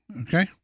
okay